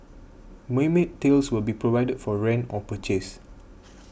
mermaid tails will be provided for rent or purchase